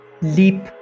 leap